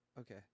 Okay